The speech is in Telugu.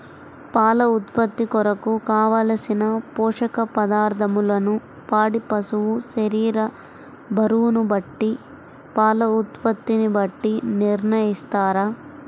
పాల ఉత్పత్తి కొరకు, కావలసిన పోషక పదార్ధములను పాడి పశువు శరీర బరువును బట్టి పాల ఉత్పత్తిని బట్టి నిర్ణయిస్తారా?